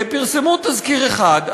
פרסמו תזכיר אחד,